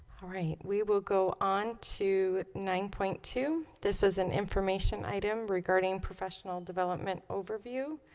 all right we will go on to nine point two. this is an information item regarding professional development overview